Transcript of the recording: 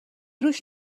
روش